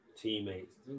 teammates